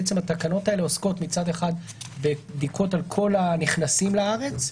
התקנות האלה עוסקות מצד אחד בבדיקות על כל הנכנסים לארץ,